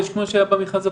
כמו שהיה במכרז הקודם.